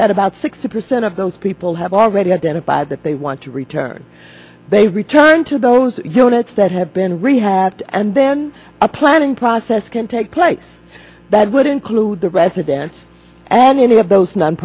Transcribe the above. that about sixty percent of those people have already identified that they want to return they return to those units that have been rehabbed and then a planning process can take place that would include the residents and any of those non